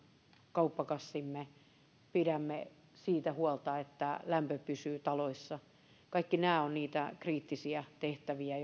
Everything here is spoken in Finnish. kauppakassimme pidetään siitä huolta että lämpö pysyy taloissa kaikki nämä ovat niitä kriittisiä tehtäviä